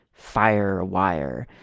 Firewire